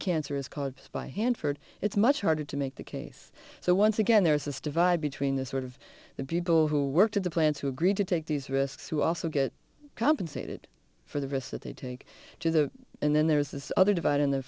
cancer is caused by hanford it's much harder to make the case so once again there is this divide between the sort of the people who worked at the plants who agreed to take these risks who also get compensated for the risk that they take to the and then there was this other divide in the